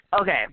Okay